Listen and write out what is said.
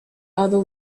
other